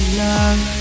love